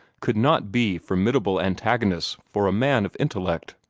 could not be formidable antagonists for a man of intellect.